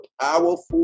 powerful